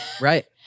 Right